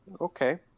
Okay